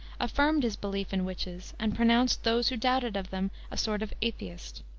affirmed his belief in witches, and pronounced those who doubted of them a sort of atheist.